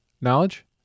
knowledge